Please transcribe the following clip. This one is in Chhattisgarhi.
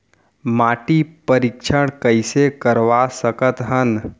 माटी परीक्षण कइसे करवा सकत हन?